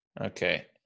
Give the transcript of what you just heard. Okay